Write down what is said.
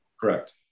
Correct